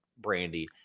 Brandy